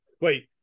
wait